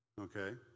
okay